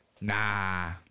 Nah